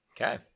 Okay